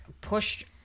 pushed